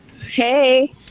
Hey